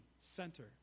center